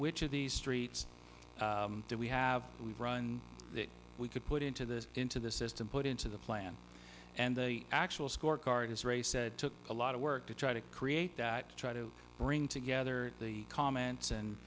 which of these streets that we have we've run that we could put into this into the system put into the plan and the actual scorecard as ray said took a lot of work to try to create that try to bring together the comments and